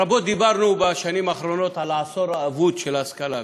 רבות דיברנו בשנים האחרונות על העשור האבוד של ההשכלה הגבוהה.